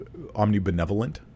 omnibenevolent